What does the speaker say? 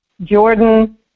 Jordan